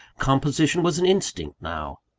composition was an instinct now,